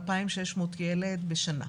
2,600 ילדים בשנה.